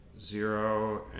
Zero